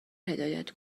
هدایت